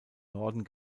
norden